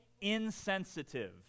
insensitive